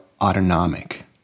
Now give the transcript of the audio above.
autonomic